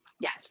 Yes